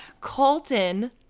Colton